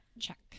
check